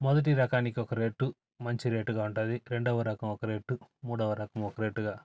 మొదటి రకానికి ఒక రేటు మంచి రేటుగా ఉంటుంది రెండవ రకం ఒక రేటు మూడవ రకం ఒక రేటుగా